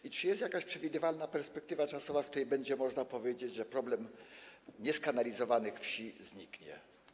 I czy jest jakaś przewidywalna perspektywa czasowa, w której będzie można powiedzieć, że problem nieskanalizowanych wsi zniknie?